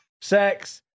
Sex